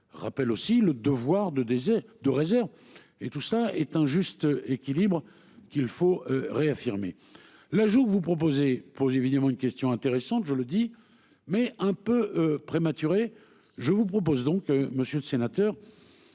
rappelle aussi le devoir de d'aisé de réserve et tout ça est un juste équilibre qu'il faut réaffirmer l'ajout vous proposez pose évidemment une question intéressante je le dis mais un peu prématurée. Je vous propose donc, Monsieur le sénateur.